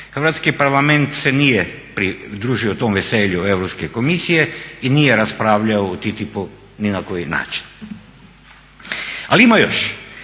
Hrvatski parlament se nije pridružio tom veselju Europske komisije i nije raspravljao o TTIP-u ni na koji način. Ali ima još,